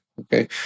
Okay